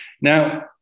Now